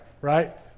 Right